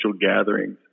gatherings